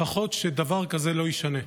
כדי שלפחות דבר כזה לא יישנה.